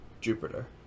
Jupiter